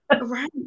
Right